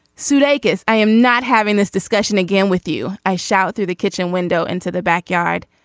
sudeikis i am not having this discussion again with you. i shout through the kitchen window into the backyard.